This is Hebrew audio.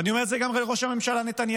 ואני אומר את זה גם לראש הממשלה נתניהו.